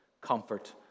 comfort